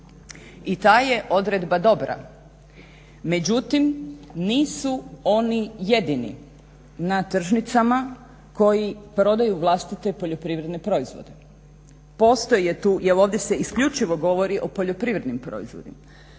I ta je odredba dobra. Međutim, nisu oni jedini na tržnicama koji prodaju vlastite poljoprivredne proizvode. Postoje tu, jer ovdje se isključivo govori o poljoprivrednim proizvodima.